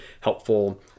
helpful